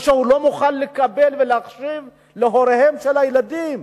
או שהוא לא מוכן לקבל ולהקשיב להוריהם של הילדים.